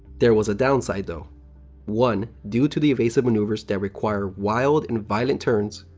there was a downside though one, due to the evasive maneuvers that require wild and violent turns,